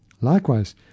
Likewise